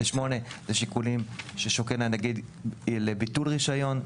8 זה שיקולים ששוקל הנגיד לביטול רישיון.